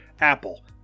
Apple